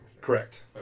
Correct